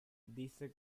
dice